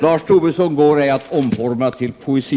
Lars Tobisson går ej att omforma till poesi.